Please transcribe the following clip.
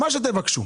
מה שתבקשו.